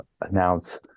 announce